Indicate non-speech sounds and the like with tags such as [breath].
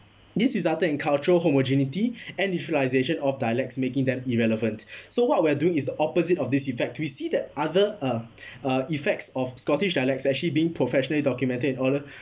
this resulted in cultural homogeneity and of dialects making them irrelevant [breath] so what we're doing is the opposite of this effect we see that other uh [breath] uh effects of scottish dialects actually being professionally documented in order